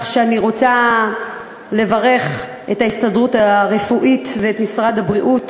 אני רוצה לברך את ההסתדרות הרפואית ואת משרד הבריאות,